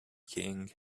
king